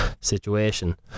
situation